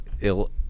ill